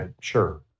Sure